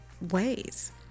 ways